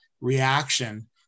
reaction